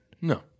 No